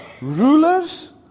rulers